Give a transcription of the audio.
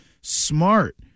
smart